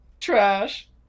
trash